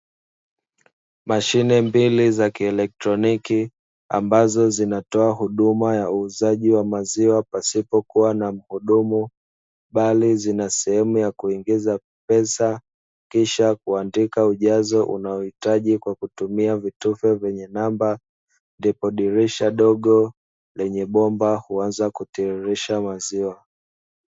Mashine mbili za kielektroniki ambazo zinatoa huduma ya uuzaji wa maziwa pasipokuwa na mhudumu, bali zina sehemu ya kuingiza pesa kisha kuandika ujazo unaohitaji kwa kutumia vitufe vyenye namba, ndipo dirisha dogo lenye bomba huanza kutiririsha maziwa.